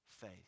faith